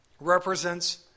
represents